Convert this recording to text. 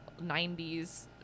90s